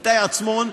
איתי עצמון,